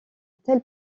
tel